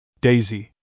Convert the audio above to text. Daisy